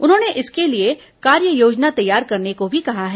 उन्होंने इसके लिए कार्ययोजना तैयार करने को भी कहा है